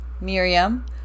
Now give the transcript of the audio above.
Miriam